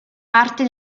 parte